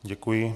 Děkuji.